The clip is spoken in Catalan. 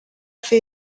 fer